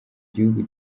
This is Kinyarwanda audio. gihugu